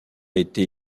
été